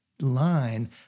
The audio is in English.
line